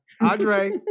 Andre